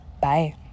Bye